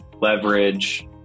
leverage